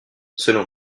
selon